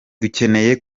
dukeneye